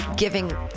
giving